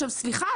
סליחה,